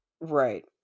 Right